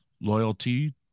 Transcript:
loyalty